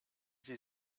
sie